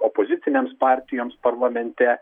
opozicinėms partijoms parlamente